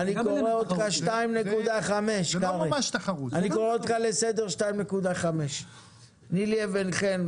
אני קורא אותך 2.5. אני קורא אותך לסדר 2.5. נילי אבן חן,